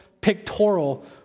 pictorial